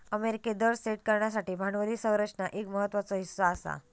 अमेरिकेत दर सेट करण्यासाठी भांडवली संरचना एक महत्त्वाचो हीस्सा आसा